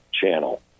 channel